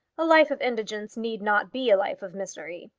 a life of indigence need not be a life of misery,